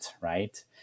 right